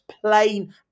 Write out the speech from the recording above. plain